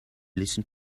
listen